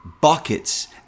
buckets